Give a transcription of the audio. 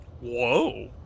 Whoa